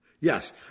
Yes